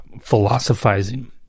philosophizing